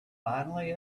finally